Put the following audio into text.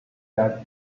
that